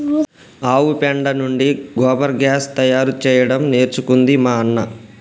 ఆవు పెండ నుండి గోబర్ గ్యాస్ తయారు చేయడం నేర్చుకుంది మా అన్న